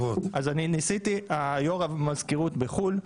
יו"ר המזכירות בחו"ל.